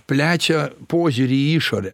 plečia požiūrį į išorę